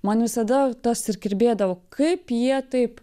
man visada tas ir kirbėdavo kaip jie taip